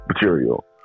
material